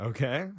Okay